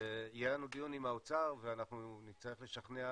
יהיה לנו דיון עם האוצר ואנחנו נצטרך לשכנע,